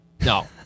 No